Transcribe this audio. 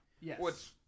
Yes